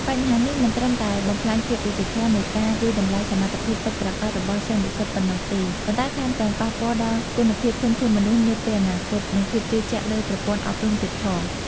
បញ្ហានេះមិនត្រឹមតែបំផ្លាញភាពយុត្តិធម៌នៃការវាយតម្លៃសមត្ថភាពពិតប្រាកដរបស់សិស្សនិស្សិតប៉ុណ្ណោះទេ ប៉ុន្តែថែមទាំងប៉ះពាល់ដល់គុណភាពធនធានមនុស្សនាពេលអនាគត និងភាពជឿជាក់លើប្រព័ន្ធអប់រំទៀតផង។